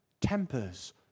Tempers